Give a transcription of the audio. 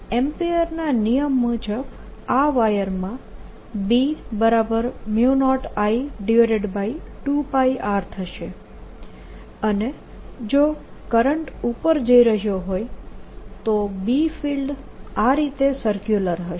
એમ્પિયરના નિયમ મુજબ આ વાયરમાં B0I2πr થશે અને જો કરંટ ઉપર જઈ રહ્યો હોય તો B ફિલ્ડ આ રીતે સર્ક્યુલર હશે